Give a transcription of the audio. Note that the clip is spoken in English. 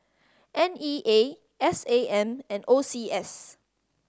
N E A S A M and O C S